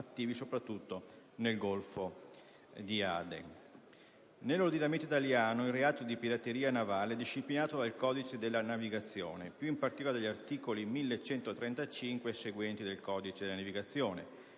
Nell'ordinamento italiano il reato di pirateria navale è disciplinato dal codice della navigazione, più in particolare dagli articoli 1135 e seguenti, che punisce con la reclusione